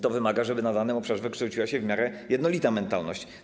To wymaga, żeby na danym obszarze wykształciła się w miarę jednolita mentalność.